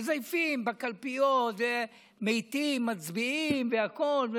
מזייפים בקלפיות, ומתים מצביעים והכול,